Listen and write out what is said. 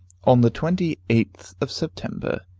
on the twenty eighth of september,